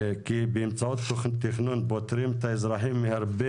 כי באמצעות תכנון פותרים את האזרחים מהרבה